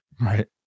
Right